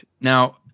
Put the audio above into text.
Now